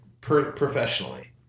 Professionally